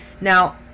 Now